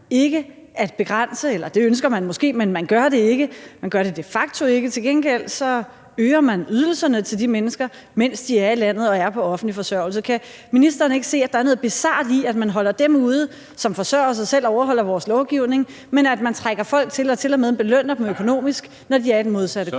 ikke at begrænse, jo, det ønsker man måske, men man gør det ikke, man gør det de facto ikke. Til gengæld øger man ydelserne til de mennesker, mens de er i landet og er på offentlig forsørgelse. Kan ministeren ikke se, at der er noget bizart i, at man holder dem ude, som forsørger sig selv og overholder vores lovgivning, men at man trækker folk til og tilmed belønner dem økonomisk, når de er i den modsatte